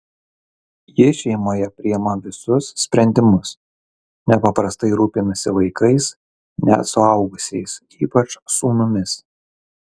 ji šeimoje priima visus sprendimus nepaprastai rūpinasi vaikais net suaugusiais ypač sūnumis